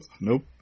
Nope